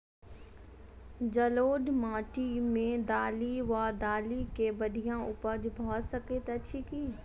जलोढ़ माटि मे दालि वा दालि केँ बढ़िया उपज भऽ सकैत अछि की?